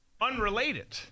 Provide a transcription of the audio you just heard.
unrelated